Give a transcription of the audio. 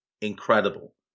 incredible